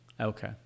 Okay